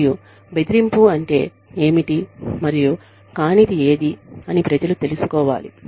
మరియు బెదిరింపు అంటే ఏమిటి మరియు కానిది ఏదీ అని ప్రజలు తెలుసుకోవాలి